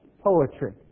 poetry